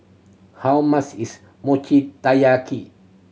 how much is Mochi Taiyaki